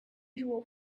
usual